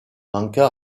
manqua